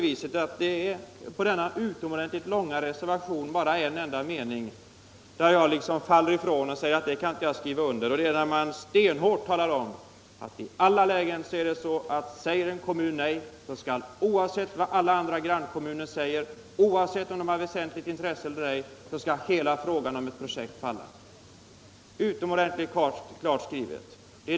I denna utomordentligt långa reservation är det egentligen bara en enda mening där man avviker ifrån vår uppfattning, och det är när man stenhårt säger att det i alla lägen där det är en kommun som säger nej, oavsett vad alla grannkommuner anser och oavsett om de har väsentligt intresse av utbyggnad eller ej, detta skall innebära att hela frågan om ett projekt skall falla. Det är utomordentligt klart skrivet.